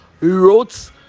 wrote